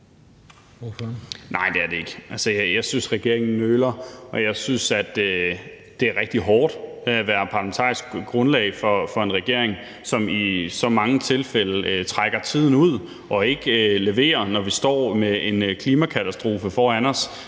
Nej, det er den ikke. Altså, jeg synes, regeringen nøler, og jeg synes, at det er rigtig hårdt at være parlamentarisk grundlag for en regering, som i så mange tilfælde trækker tiden ud og ikke leverer, når vi står med en klimakatastrofe foran os